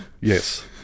Yes